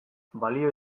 balio